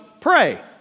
pray